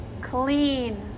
clean